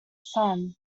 sun